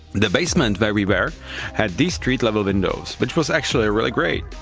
the basement where we were had these street-level windows, which was actually really great,